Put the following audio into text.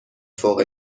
فوق